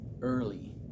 early